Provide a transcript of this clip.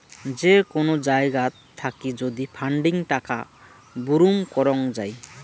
যে কোন জায়গাত থাকি যদি ফান্ডিং টাকা বুরুম করং যাই